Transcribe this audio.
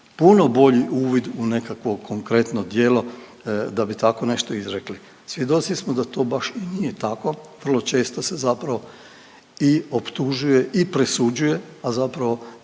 puno bolji uvid u nekakvo konkretno djelo da bi tako nešto izrekli. Svjedoci smo da to baš i nije tako. Vrlo često se zapravo i optužuje i presuđuje, a zapravo